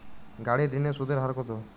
গাড়ির ঋণের সুদের হার কতো?